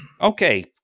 okay